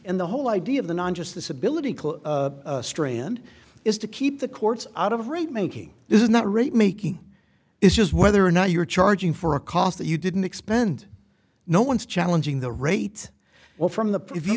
and the whole idea of the non just disability club strand is to keep the courts out of remaking this is not really making is whether or not you're charging for a cost that you didn't expend no one's challenging the rate well from the preview